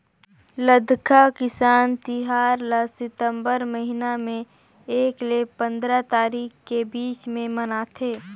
लद्दाख किसान तिहार ल सितंबर महिना में एक ले पंदरा तारीख के बीच में मनाथे